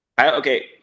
Okay